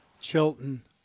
Chilton